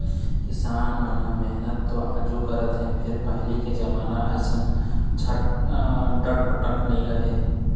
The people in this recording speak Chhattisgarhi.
किसान मन ह मेहनत तो आजो करत हे फेर पहिली के जमाना असन डपटके नइ राहय